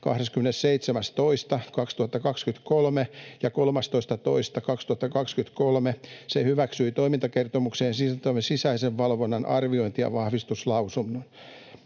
27.2.2023, ja 13.2.2023 se hyväksyi toimintakertomukseen sisältyvän sisäisen valvonnan arviointi- ja vahvistuslausuman.